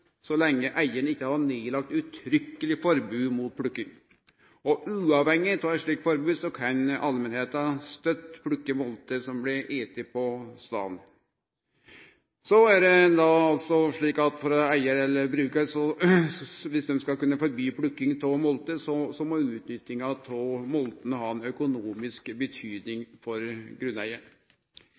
så lenge eigaren ikkje har lagt ned uttrykkeleg forbod mot plukking. Uavhengig av eit slikt forbod kan allmenta støtt plukke molter som blir etne på staden. For at eigaren eller brukaren skal kunne forby plukking av molter, må utnyttinga av moltene ha økonomisk betydning for grunneigaren. Dermed kan vi håpe på ein god bærhaust for oss alle og eit tryggare liv for